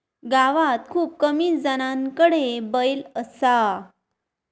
गावात खूप कमी जणांकडे बैल असा